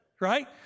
right